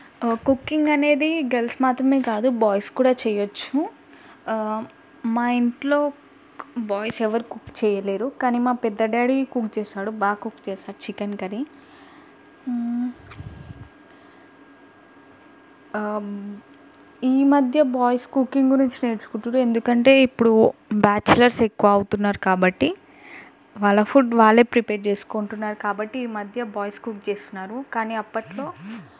cooking అనేది girls మాత్రమే కాదు బాయ్స్ కూడా చేయొచ్చు మా ఇంట్లో బాయ్స్ ఎవరు కుక్ చేయలేరు కానీ మా పెద్ద డాడీ కుక్ చేస్తాడు బాగా కుక్ చేస్తాడు చికెన్ కర్రీ ఈ మధ్య బాయ్స్ కుకింగ్ గురించి నేర్చుకుంటురు ఎందుకంటే ఇప్పుడు బ్యాచిలర్స్ ఎక్కువ అవుతున్నారు కాబట్టి వాళ్ళ ఫుడ్ వాళ్ళే ప్రిపేర్ చేసుకుంటున్నారు కాబట్టి ఈ మధ్య బాయ్స్ కుక్ చేస్తున్నారు కానీ అప్పట్లో